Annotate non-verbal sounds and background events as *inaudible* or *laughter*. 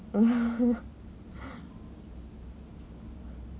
*laughs*